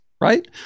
right